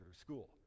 school